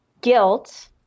guilt